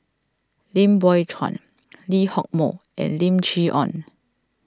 Lim Biow Chuan Lee Hock Moh and Lim Chee Onn